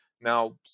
now